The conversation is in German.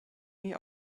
nie